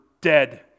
dead